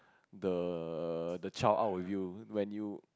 the the child out with you when you